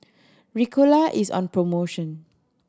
ricola is on promotion